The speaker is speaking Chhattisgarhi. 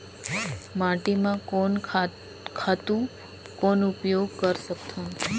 माटी म कोन खातु कौन उपयोग कर सकथन?